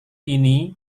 ini